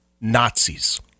Nazis